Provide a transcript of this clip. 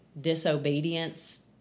disobedience